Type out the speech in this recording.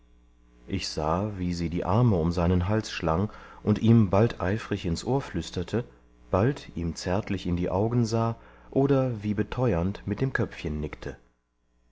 ich sah wie sie die arme um seinen hals schlang und ihm bald eifrig ins ohr flüsterte bald ihm zärtlich in die augen sah oder wie beteuernd mit dem köpfchen nickte